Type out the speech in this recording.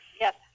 Yes